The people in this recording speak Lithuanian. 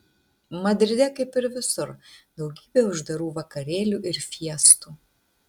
madride kaip ir visur daugybė uždarų vakarėlių ir fiestų